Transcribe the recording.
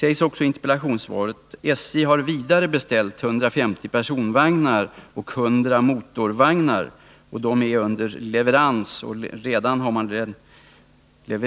I interpellationssvaret sägs också följande: ”SJ har vidare beställt 150 personvagnar och 100 motorvagnar.